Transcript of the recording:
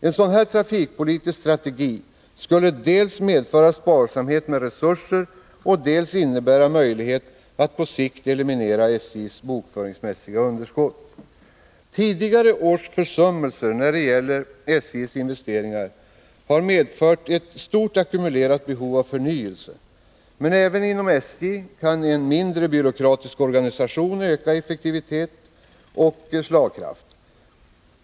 En sådan trafikpolitisk strategi skulle dels medföra sparsamhet med resurser, dels innebära möjlighet att på Tidigare års försummelser när det gäller SJ:s investeringar har medfört ett stort ackumulerat behov av förnyelse. Men även inom SJ kan en mindre byråkratisk organisation ge ökad effektivitet och slagkraft.